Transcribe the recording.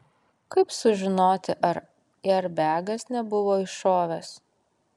kaip sužinoti ar airbegas nebuvo iššovęs